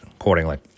accordingly